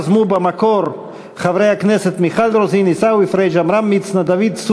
חברי הכנסת, 21 בעד, אין מתנגדים,